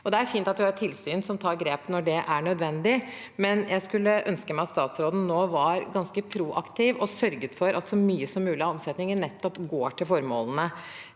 Det er fint at vi har et tilsyn som tar grep når det er nødvendig, men jeg skulle ønske at statsråden nå var ganske proaktiv og sørget for at så mye som mulig av omsetningen nettopp går til formålene.